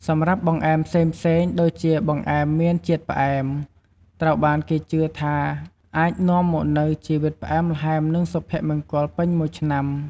សម្រាប់់បង្អែមផ្សេងៗ ដូចជាបង្អែមមានជាតិផ្អែម ត្រូវបានគេជឿថាអាចនាំមកនូវជីវិតផ្អែមល្ហែមនិងសុភមង្គលពេញមួយឆ្នាំ។